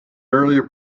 earlier